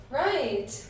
right